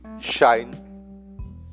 shine